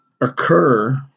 occur